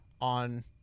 on